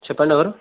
చెప్పండి ఎవరు